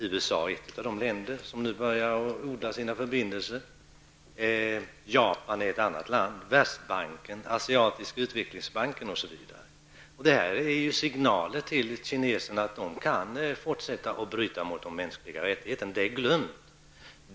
USA är ett av de länder som nu börjat odla förbindelserna och Japan är ett annat. Även Världsbanken och Asiatiska utvecklingsbanken har tagit upp förbindelserna. Detta utgör signaler till kineserna att de kan fortsätta att bryta mot de mänskliga rättigheterna. Massakern är glömd.